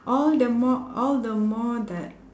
all the more all the more that